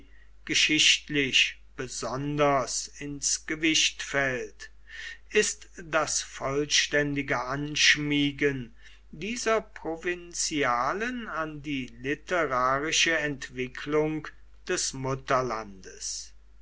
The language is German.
geschichtlich besonders ins gewicht fällt ist das vollständige anschmiegen dieser provinzialen an die literarische entwicklung des